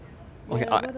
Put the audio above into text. reliable 的 mah